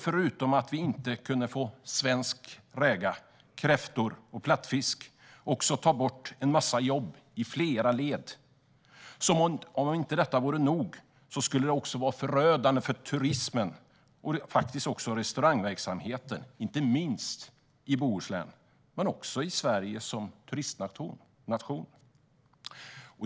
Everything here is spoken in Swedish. Förutom att vi inte skulle kunna få svenska räkor, kräftor och plattfisk skulle detta ta bort en massa jobb i flera led. Som om inte det vore nog skulle det också vara förödande för turismen och faktiskt också för restaurangverksamheten, inte minst i Bohuslän. Det skulle vara förödande för Sverige som turistnation.